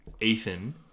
Ethan